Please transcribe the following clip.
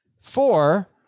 Four